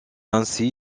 ainsi